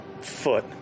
foot